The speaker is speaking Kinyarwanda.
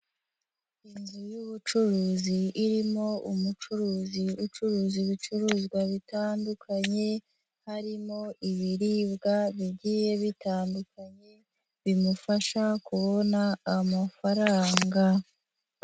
Inzu y'ubucuruzi irimo umucuruzi ucuruza ibicuruzwa bitandukanye, harimo ibiribwa bigiye bitandukanye, bimufasha kubona amafaranga.